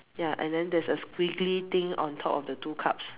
ya and then there's a squiggly thing on top of the two cups